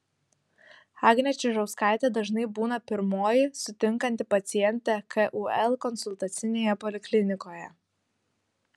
agnė čižauskaitė dažnai būna pirmoji sutinkanti pacientę kul konsultacinėje poliklinikoje